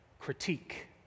critique